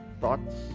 Thoughts